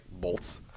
bolts